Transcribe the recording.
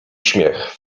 śmiech